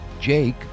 Jake